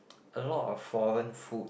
a lot of foreign food